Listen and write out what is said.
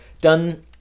done